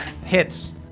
Hits